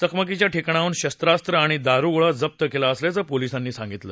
चकमकीच्या ठिकाणाहून शस्त्रास्त्र आणि दारुगोळा जप्त केला असल्याचं पोलिसांनी सांगितलं